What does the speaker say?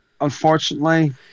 unfortunately